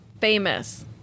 famous